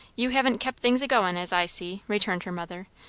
you haven't kept things a-going, as i see, returned her mother.